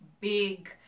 big